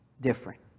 different